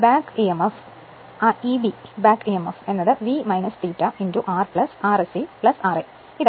അതിനാൽ back Emf ആ Eb back Emf എന്നത് V ∅ R Rse ra ആയിരിക്കും